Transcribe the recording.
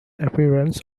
appearance